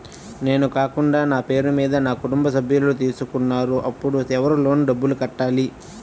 నేను కాకుండా నా పేరు మీద మా కుటుంబ సభ్యులు తీసుకున్నారు అప్పుడు ఎవరు లోన్ డబ్బులు కట్టాలి?